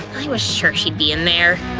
i was sure she'd be in there!